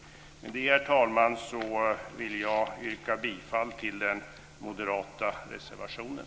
Med detta, herr talman, yrkar jag bifall till den moderata reservationen.